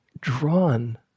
drawn